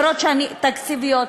תקציביות,